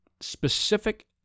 specific